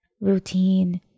Routine